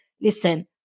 listen